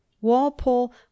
Walpole